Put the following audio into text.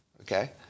okay